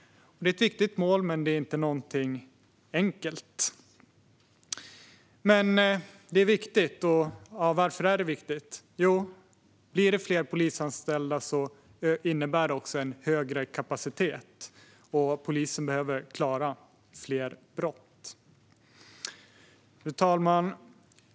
Det är ett viktigt mål, men det är inte enkelt. Det är dock viktigt, men varför? Jo, om det blir fler polisanställda innebär det en högre kapacitet. Polisen behöver klara upp fler brott. Fru talman!